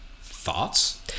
Thoughts